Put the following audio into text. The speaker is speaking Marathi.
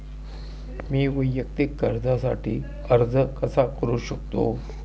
मी वैयक्तिक कर्जासाठी अर्ज कसा करु शकते?